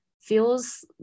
feels